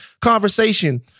conversation